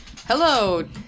Hello